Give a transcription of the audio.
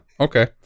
Okay